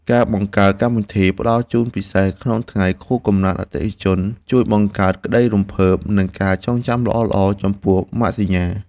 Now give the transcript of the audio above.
ការបង្កើតកម្មវិធីផ្តល់ជូនពិសេសក្នុងថ្ងៃខួបកំណើតអតិថិជនជួយបង្កើតក្តីរំភើប និងការចងចាំល្អៗចំពោះម៉ាកសញ្ញា។